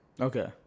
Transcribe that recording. Okay